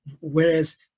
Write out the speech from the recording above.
Whereas